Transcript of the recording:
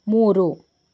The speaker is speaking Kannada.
ಮೂರು